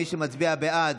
מי שמצביע בעד,